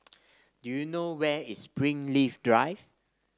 do you know where is Springleaf Drive